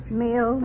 meal